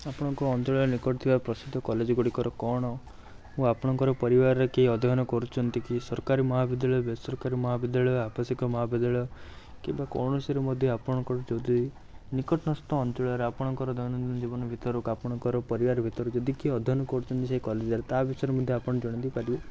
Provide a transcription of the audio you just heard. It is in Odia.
ଆପଣଙ୍କ ଅଞ୍ଚଳ ନିକଟରେ ଥିବା ପ୍ରସିଦ୍ଧ କଲେଜଗୁଡ଼ିକର କ'ଣ ଓ ଆପଣଙ୍କର ପରିବାରରେ କିଏ ଅଧ୍ୟୟନ କରୁଛନ୍ତି କି ସରକାରୀ ମହାବିଦ୍ୟାଳୟ ବେସରକାରୀ ମହାବିଦ୍ୟାଳୟ ଆବଶ୍ୟକ ମହାବିଦ୍ୟାଳୟ କିମ୍ବା କୌଣସିରୁ ମଧ୍ୟ ଆପଣଙ୍କର ଯଦି ନିକଟସ୍ଥ ଅଞ୍ଚଳରେ ଆପଣଙ୍କର ଦୈନନ୍ଦିନ ଜୀବନ ଭିତରୁ ଆପଣଙ୍କର ପରିବାର ଭିତରୁ ଯଦି କିଏ ଅଧ୍ୟୟନ କରୁଛନ୍ତି ସେ କଲେଜ୍ରେ ତା' ବିଷୟରେ ମଧ୍ୟ ଆପଣ ଜଣେଇ ଦେଇପାରିବେ